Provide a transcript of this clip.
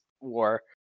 war